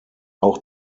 auch